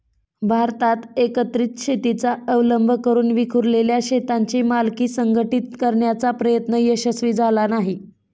भारतात एकत्रित शेतीचा अवलंब करून विखुरलेल्या शेतांची मालकी संघटित करण्याचा प्रयत्न यशस्वी झाला नाही